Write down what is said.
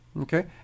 okay